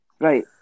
right